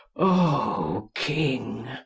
o king,